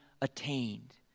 attained